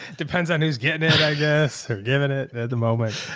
depends on who's getting it, i guess, or giving it at the moment.